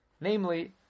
Namely